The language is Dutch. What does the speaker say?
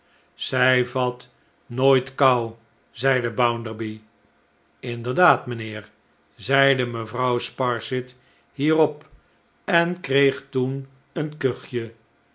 zij vat nooit kou zeide bounderby inderdaad mijnheer zeide mevrouw sparsit hierop en kreeg toen een kuchje